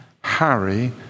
Harry